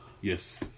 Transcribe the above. yes